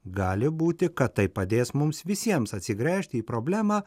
gali būti kad tai padės mums visiems atsigręžti į problemą